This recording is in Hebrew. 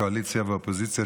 קואליציה ואופוזיציה,